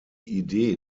idee